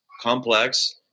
complex